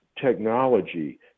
technology